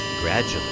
Gradually